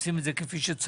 עושים את זה כפי שצריך,